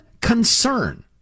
concern